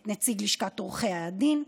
את נציג לשכת עורכי הדין,